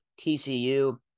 TCU